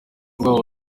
rwabo